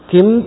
Kim